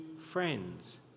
friends